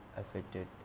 affected